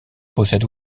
possède